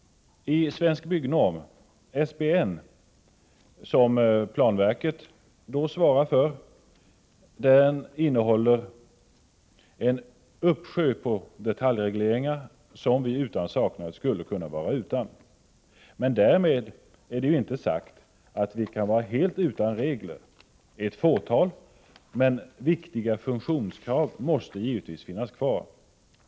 Svensk byggnorm, SBN, som planverket svarar för, innehåller en uppsjö av detaljregleringar, som vi utan saknad skulle kunna undvara. Därmed är inte sagt att vi kan vara helt utan regler. Ett fåtal, men viktiga, funktionskrav måste givetvis finnas kvar.